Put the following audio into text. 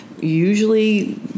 Usually